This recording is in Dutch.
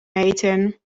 meten